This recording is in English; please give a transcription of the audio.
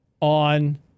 on